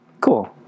Cool